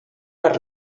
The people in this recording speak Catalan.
per